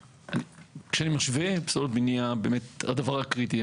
כשאני משווה פסולת בניין, באמת הדבר הקריטי.